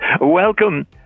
Welcome